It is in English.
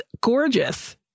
gorgeous